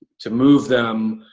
to move them,